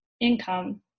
income